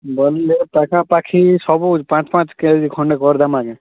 ଗନଲେ ପାଖାପାଖି ସବୁ ପାଁଚ୍ ପାଁଚ୍ କେଜି ଖଣ୍ଡେ କରିଦେମା କାଏଁ